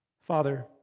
Father